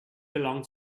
belong